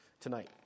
tonight